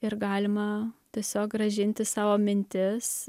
ir galima tiesiog grąžinti savo mintis